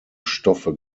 stoffe